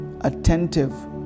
attentive